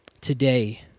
today